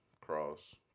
cross